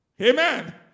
Amen